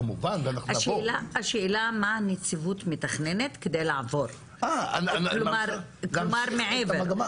השאלה מה הנציבות מתכננת כדי לעבור, כלומר מעבר?